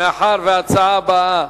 בעד,